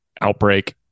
outbreak